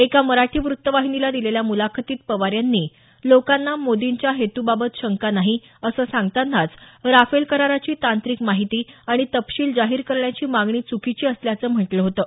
एका मराठी वृत्तवाहिनीला दिलेल्या मुलाखतीत पवार यांनी लोकांना मोदींच्या हेतूबाबत शंका नाही असं सांगतानाच राफेल कराराची तांत्रिक माहिती आणि तपशील जाहीर करण्याची मागणी चुकीची असल्याचं म्हटलं होतं